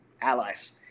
allies